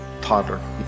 toddler